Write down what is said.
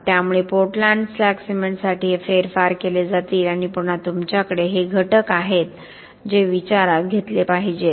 त्यामुळे Portland slag सिमेंटसाठी हे फेरफार केले जातील आणि पुन्हा तुमच्याकडे हे घटक आहेत जे विचारात घेतले पाहिजेत